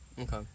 Okay